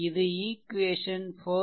இது ஈக்வேசன் 4